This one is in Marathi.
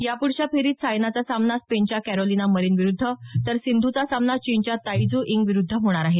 यापूढच्या फेरीत सायनाचा सामना स्पेनच्या कॅरोलिना मरीन विरुद्ध तर सिंधूचा सामना चीनच्या ताई ज्यू यिंग विरुद्ध होणार आहे